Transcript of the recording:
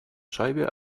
scheibe